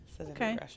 Okay